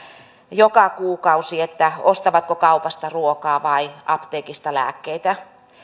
joka kuukausi ostavatko kaupasta ruokaa vai apteekista lääkkeitä